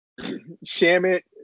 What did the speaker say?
Shamit